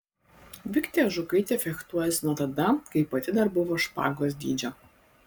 viktė ažukaitė fechtuojasi nuo tada kai pati dar buvo špagos dydžio